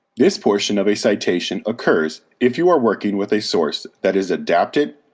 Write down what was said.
this portion of a citation occurs if you are working with a source that is adapted,